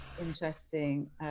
interesting